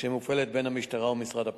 שמופעלת בין המשטרה למשרד הפנים.